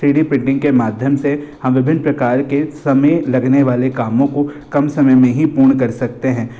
three D printing के माध्यम से हम विभिन्न प्रकार के समय लगने वाले कामों को कम समय में ही पूर्ण कर सकते हैं